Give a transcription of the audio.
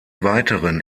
weiteren